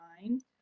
mind